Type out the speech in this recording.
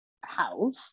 house